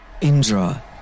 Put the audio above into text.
Indra